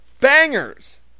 Bangers